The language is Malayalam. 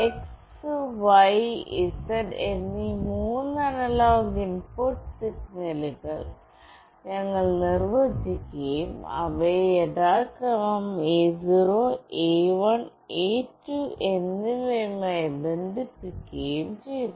X y z എന്നീ മൂന്ന് അനലോഗ് ഇൻപുട്ട് സിഗ്നലുകൾ ഞങ്ങൾ നിർവ്വചിക്കുകയും അവയെ യഥാക്രമം A0 A1 A2 എന്നിവയുമായി ബന്ധിപ്പിക്കുകയും ചെയ്തു